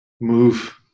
Move